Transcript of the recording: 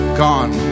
gone